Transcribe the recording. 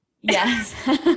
Yes